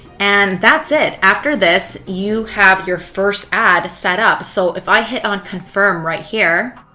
and that's it. after this, you have your first ad set up. so if i hit on confirm right here,